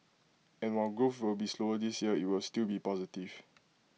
and while growth will be slower this year IT will still be positive